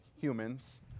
humans